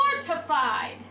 fortified